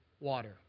water